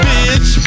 Bitch